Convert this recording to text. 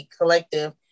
collective